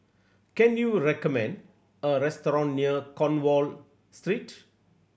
can you recommend a restaurant near Cornwall Street